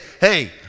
hey